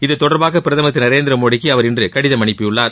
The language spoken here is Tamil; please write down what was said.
இத்தொடர்பாக பிரதமர் திரு நரேந்திரமோடிக்கு அவர் இன்று கடிதம் அனுப்பியுள்ளார்